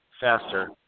faster